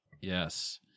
Yes